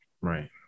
Right